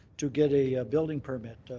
to get a building permit.